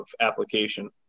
application